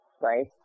right